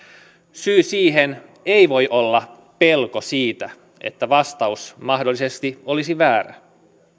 syy siihen ei voi olla pelko siitä että vastaus mahdollisesti olisi väärä